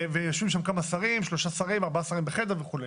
יושבים שם כמה שרים בחדר וכולי.